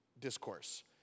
discourse